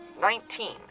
nineteen